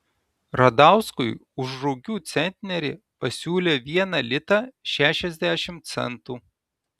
radauskui už rugių centnerį pasiūlė vieną litą šešiasdešimt centų